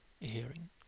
hearing